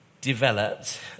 developed